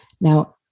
Now